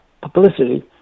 publicity